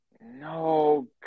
No